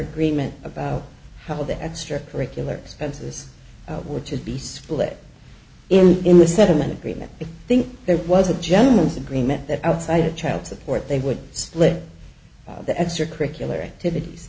agreement about how the extracurricular expenses were to be split in the in the settlement agreement i think there was a gentlemen's agreement that outside of child support they would split the extracurricular activities